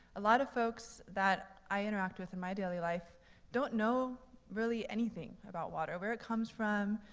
a lot of folks that i interact with in my daily life don't know really anything about water. where it comes from,